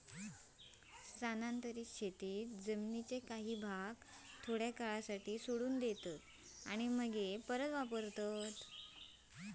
स्थानांतरीत शेतीत जमीनीच्या काही भागाक थोड्या काळासाठी सोडून देतात आणि मगे परत वापरतत